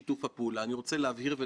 עם השמות והכול,